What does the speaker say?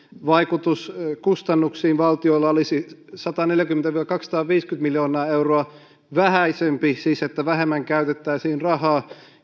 vaikutus valtion kustannuksiin olisi sataneljäkymmentä viiva kaksisataaviisikymmentä miljoonaa euroa siis että vähemmän käytettäisiin rahaa